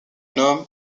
homme